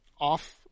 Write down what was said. off